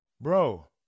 Bro